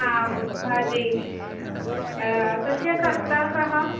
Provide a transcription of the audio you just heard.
हा व् वाजयिति तस्य कर्ता कः